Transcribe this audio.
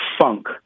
funk